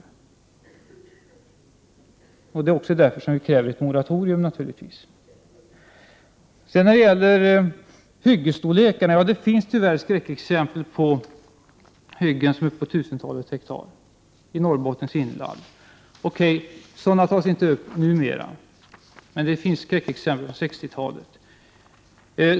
Det är naturligtvis också därför vi kräver ett moratorium. När det gäller hyggesstorleken så finns det skräckexempel på hyggen som är på tusentalet hektar i Norrlands inland. Sådana tas inte upp numera, men det finns alltså skräckexempel från 60-talet.